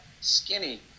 skinny